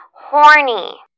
horny